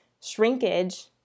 shrinkage